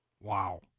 Wow